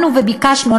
ביקשנו,